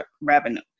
revenue